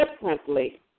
differently